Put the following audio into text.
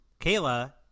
Kayla